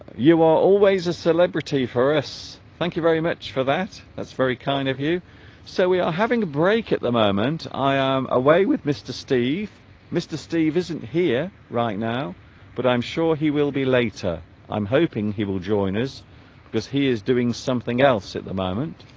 you are always a celebrity for us thank you very much for that that's very kind of you so we are having a break at the moment i am away with mr. steve mr. steve isn't here right now but i'm sure he will be later i'm hoping he will join us because he is doing something else at the moment